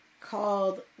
called